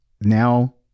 now